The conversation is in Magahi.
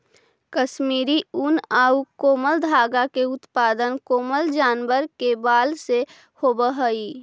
कश्मीरी ऊन आउ कोमल धागा के उत्पादन कोमल जानवर के बाल से होवऽ हइ